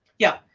yeah,